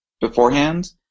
beforehand